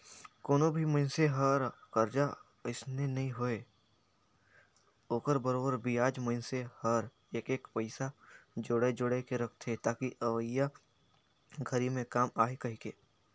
कोनो भी मइनसे हर करजा अइसने नइ हे ओखर बरोबर बियाज मइनसे हर एक एक पइसा जोयड़ जोयड़ के रखथे ताकि अवइया घरी मे काम आही कहीके